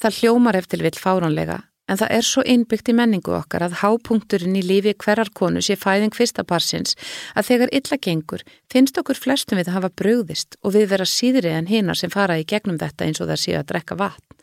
Það hljómar ef til vill fáránlega, en það er svo innbyggt í menningu okkar að hápunkturinn í lífi hverrar konu sé fæðing fyrsta barnsins, að þegar illa gengur finnst okkur flestum við hafa brugðist og við vera síðri en hinar sem fara í gegnum þetta eins og þær séu að drekka vatn.